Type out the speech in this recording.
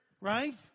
right